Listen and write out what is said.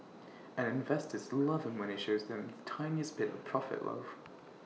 and investors love him when he shows them the tiniest bit of profit love